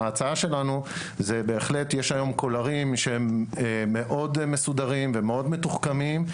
בהחלט יש היום קולרים שהם מאוד מסודרים ומתוחכמים.